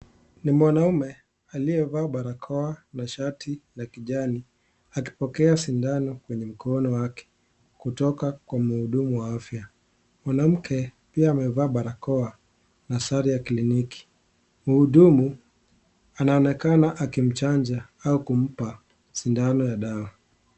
Ni mwanaume aliyevaa barakoa na shati ya kijani akipokea sindano kwenye mkono wake kutoka Kwa mhudumu wa afya . Mwanamke pia amevaa barakoa na sare ya kliniki . Mhudumu anaonekana akichanja au kumpa sindano ya dawa.